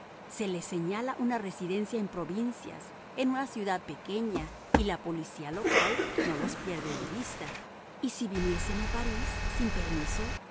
se les señala una residencia en provincias en una ciudad pequeña y la policía local no los pierde de vista y si viniesen a parís sin permiso